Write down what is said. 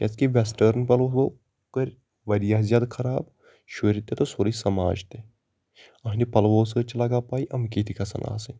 کیٛازِ کہِ وٮ۪سٹٲرٕن پَلوہو کٔرۍ واریاہ زیادٕ خراب شُرۍ تہِ تہٕ سورُے سَماج تہِ أہٕنٛدِ پَلوَو سۭتۍ چھِ لگان پَے یِم کِتھۍ گژھَن آسٕنۍ